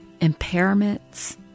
impairments